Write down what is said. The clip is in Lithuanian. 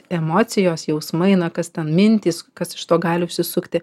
emocijos jausmai na kas ten mintys kas iš to gali apsisukti